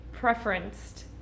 preferenced